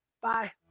Bye